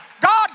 God